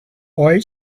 white